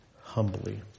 humbly